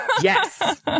Yes